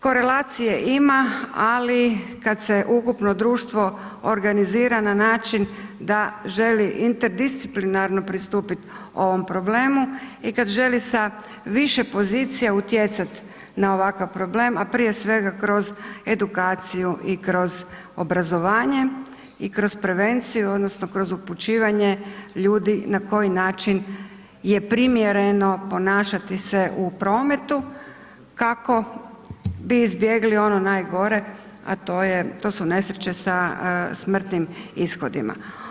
Korelacije ima ali kada se ukupno društvo organizira na način da želi interdisciplinarno pristupiti ovom problemu i kad želi sa više pozicije utjecati na ovakav problem a prije svega kroz edukaciju i kroz obrazovanje i kroz prevenciju odnosno kroz upućivanje ljudi na koji način je primjereno ponašati se u prometu kako bi izbjegli ono najgore a to su nesreće sa smrtnim ishodima.